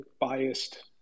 biased